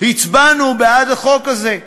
הצבענו בעד החוק הזה.